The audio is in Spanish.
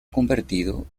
convertido